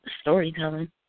storytelling